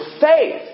faith